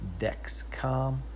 Dexcom